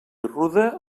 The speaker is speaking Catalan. ruda